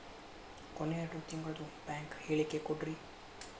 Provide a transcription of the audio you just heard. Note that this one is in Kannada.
ಕೊನೆ ಎರಡು ತಿಂಗಳದು ಬ್ಯಾಂಕ್ ಹೇಳಕಿ ಕೊಡ್ರಿ